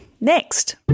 next